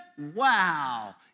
Wow